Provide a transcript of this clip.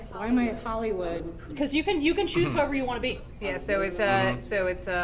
why am i hollywood? because you can you can choose whoever you want to be. yeah, so it's ah so it's